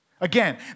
Again